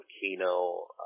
Kino